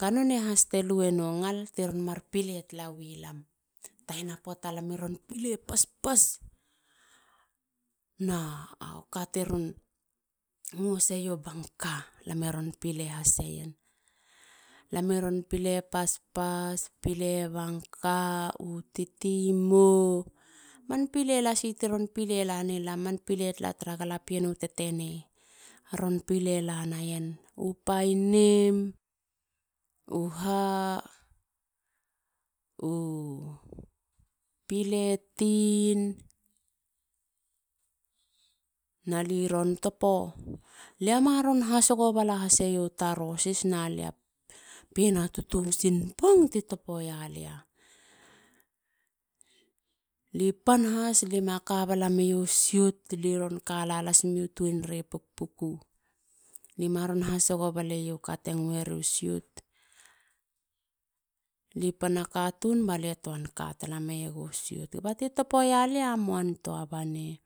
Ga nonei haste lueno ngal. tiron mar pile talawi lam. Taina poata lami ron pile paspas. na kati ron ngu haseio banka. lam i ron pilehaseien. lam i ron pile haseien. lam i ron pile paspas. pile banka. u titi mou. man pile laso tiron pile lani lam. man pile tala tara galapien u tetene tiron pile lanaien. na li ron topo. u painim. u ha. u pile tin na li ron topo. lia maron hasogo bala haseio tarosis na lia a pien a totosin bong ti topoialia. Ali pan has. limaka bala meio siot. liron kaka las meiiu tuenrei pukpuku. Limaron hasogo baleio ka te ngueriu siot. li pana katun balie tuan katala meiegu siot. ti topo ia lia. muantua banei.